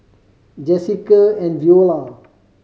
Jessica and Veola